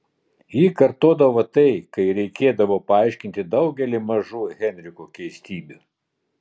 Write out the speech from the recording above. ji kartodavo tai kai reikėdavo paaiškinti daugelį mažų henriko keistybių